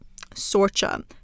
Sorcha